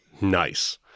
Nice